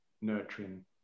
nurturing